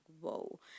whoa